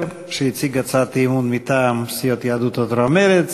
שהציג הצעת אי-אמון מטעם סיעות יהדות התורה ומרצ.